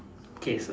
okay so